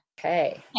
Okay